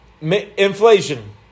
Inflation